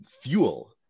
fuel